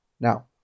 now